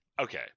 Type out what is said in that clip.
okay